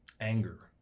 anger